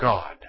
God